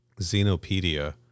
xenopedia